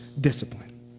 discipline